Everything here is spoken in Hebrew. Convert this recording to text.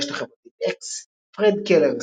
ברשת החברתית אקס פרד קלר,